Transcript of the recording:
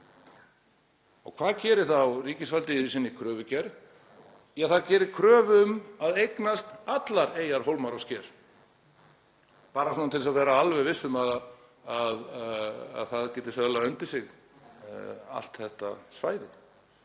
Og hvað gerir þá ríkisvaldið í sinni kröfugerð? Það gerir kröfu um að eignast allar eyjar, hólma og sker, bara til að vera alveg visst um að það geti sölsað undir sig allt þetta svæði.